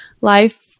Life